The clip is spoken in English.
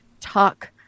talk